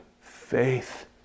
faith